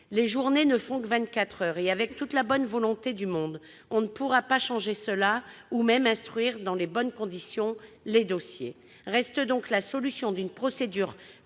Les journées ne font que vingt-quatre heures : avec toute la meilleure volonté du monde, on ne pourra pas changer cela et instruire dans de bonnes conditions les dossiers. Reste donc la solution d'une procédure